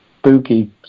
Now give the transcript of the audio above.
spooky